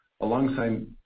alongside